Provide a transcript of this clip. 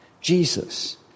Jesus